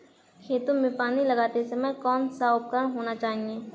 खेतों में पानी लगाते समय कौन सा उपकरण होना चाहिए?